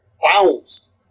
bounced